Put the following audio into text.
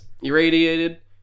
irradiated